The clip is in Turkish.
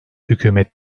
hükümet